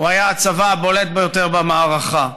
היה הצבא הבולט ביותר במערכה,